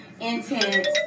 intense